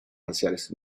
marciales